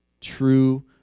true